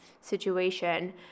situation